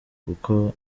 kuko